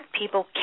people